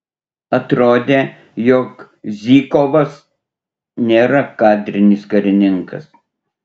atrodė jog zykovas nėra kadrinis karininkas